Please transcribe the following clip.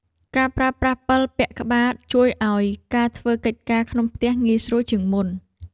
ការប្រើប្រាស់ពិលពាក់ក្បាល ជួយឱ្យការធ្វើកិច្ចការក្នុងផ្ទះងាយស្រួលជាងមុន។